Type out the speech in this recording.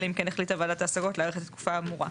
אלא אם כן החליטה ועדת ההשגות להאריך את התקופה האמורה.